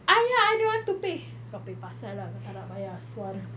!aiya! I don't want to pay kau punya pasal ah kau tak nak bayar sudah